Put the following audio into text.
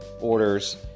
orders